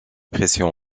pression